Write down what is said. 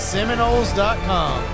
Seminoles.com